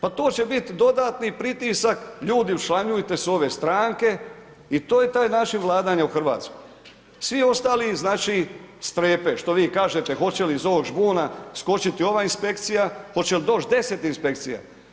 Pa to će bit dodatni pritisak, ljudi učlanjujte se u ove stranke i to je taj način vladanja u RH, svi ostali, znači, strepe, što vi kažete, hoće li iz ovog žbuna skočiti ova inspekcija, hoće li doć 10 inspekcija.